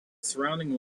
surrounding